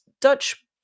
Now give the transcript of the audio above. Dutch